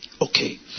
Okay